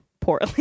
poorly